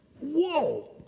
Whoa